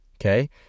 okay